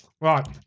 Right